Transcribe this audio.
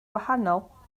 wahanol